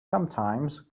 sometimes